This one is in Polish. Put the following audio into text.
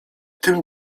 tym